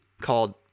called